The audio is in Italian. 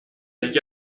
agli